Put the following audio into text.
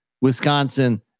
Wisconsin